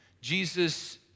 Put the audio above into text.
Jesus